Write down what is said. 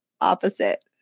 opposite